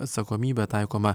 atsakomybė taikoma